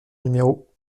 numéro